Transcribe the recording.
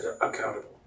accountable